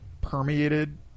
permeated